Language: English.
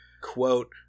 quote